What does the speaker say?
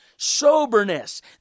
soberness